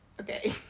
okay